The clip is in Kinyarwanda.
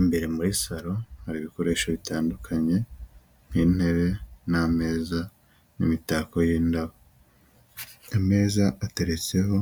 Imbere muri salo hari ibikoresho bitandukanye, nk'intebe, n'ameza, n'imitako, yenda, ameza ateretseho